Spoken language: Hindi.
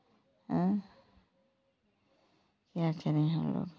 क्या करे हम लोग